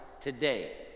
today